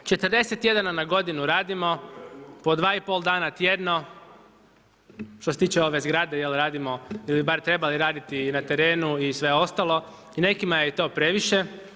40 tjedana na godinu radimo po 2,5 dana tjedno što se tiče ove zgrade jel radimo ili bi barem trebali raditi na terenu i sve ostalo i nekima je i to previše.